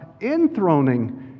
enthroning